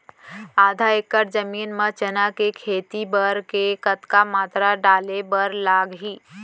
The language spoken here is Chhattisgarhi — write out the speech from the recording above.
आधा एकड़ जमीन मा चना के खेती बर के कतका मात्रा डाले बर लागही?